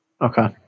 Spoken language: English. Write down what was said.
Okay